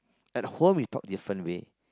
at home we talk different way